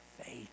faith